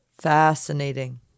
Fascinating